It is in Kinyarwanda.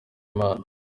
imana